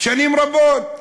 שנים רבות.